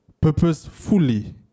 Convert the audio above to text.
purposefully